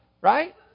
right